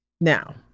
Now